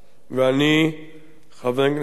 חבר הכנסת זחאלקה,